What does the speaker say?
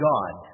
God